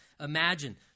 Imagine